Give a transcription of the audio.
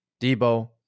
Debo